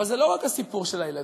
אבל זה לא רק הסיפור של הילדים,